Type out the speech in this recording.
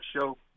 show